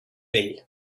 vell